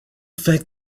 fact